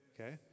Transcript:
okay